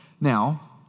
Now